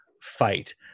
fight